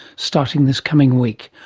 starting this coming week,